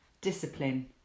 discipline